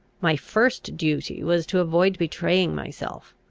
my first duty was to avoid betraying myself,